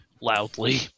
Loudly